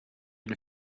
den